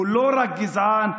הוא לא רק גזען,